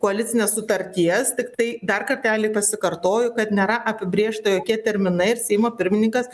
koalicinės sutarties tiktai dar kartelį pasikartoju kad nėra apibrėžta jokie terminai ir seimo pirmininkas